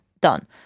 done